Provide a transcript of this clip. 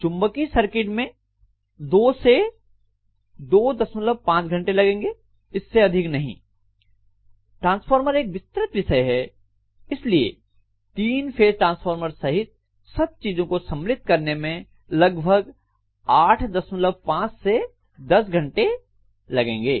चुम्बकीय सर्किट्स मैं 2 से 25 घंटे लगेंगे इससे अधिक नहीं ट्रांसफार्मर एक विस्तृत विषय है इसलिए तीन फेज ट्रांसफार्मर सहित सब चीजों को सम्मलित करने में लगभग 85 से 10 घंटे लगेंगे